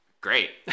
Great